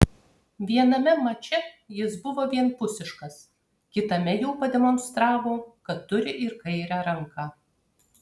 viename mače jis buvo vienpusiškas kitame jau pademonstravo kad turi ir kairę ranką